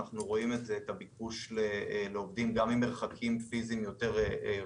את הביקוש לעובדים גם במרחק פיזי גדול יותר.